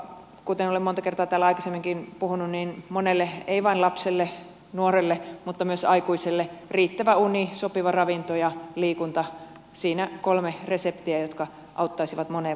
kuten olen monta kertaa täällä aikaisemminkin puhunut monelle ei vain lapselle nuorelle vaan myös aikuiselle riittävä uni sopiva ravinto ja liikunta siinä kolme reseptiä jotka auttaisivat moneen vaivaan